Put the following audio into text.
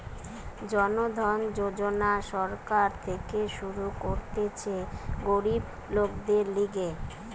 জন ধন যোজনা সরকার থেকে শুরু করতিছে গরিব লোকদের লিগে